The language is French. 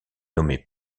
nommé